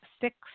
six